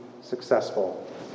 successful